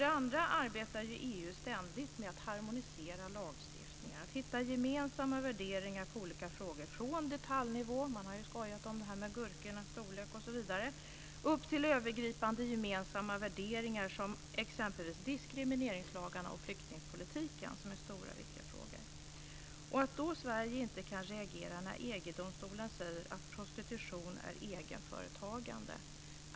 Det andra är att EU ständigt arbetar med att harmonisera lagstiftningar och att hitta gemensamma värderingar i olika frågor, från detaljnivå - man har ju skojat om detta med gurkornas storlek osv. - upp till övergripande, gemensamma värderingar som exempelvis diskrimineringslagarna och flyktingpolitiken, som är stora och viktiga frågor. Ändå reagerar inte Sverige när EG-domstolen säger att prostitution är egenföretagande.